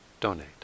donate